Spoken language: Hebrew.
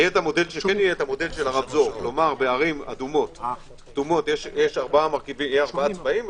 יהיה מודל הרמזור בערים אדומות יהיו ארבעה צבעים,